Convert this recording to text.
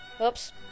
Oops